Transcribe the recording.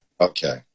Okay